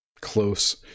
close